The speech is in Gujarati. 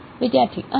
વિદ્યાર્થી અંદર